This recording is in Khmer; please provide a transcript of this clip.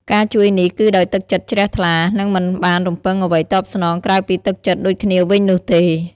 ការជួយនេះគឺដោយទឹកចិត្តជ្រះថ្លា និងមិនបានរំពឹងអ្វីតបស្នងក្រៅពីទឹកចិត្តដូចគ្នាវិញនោះទេ។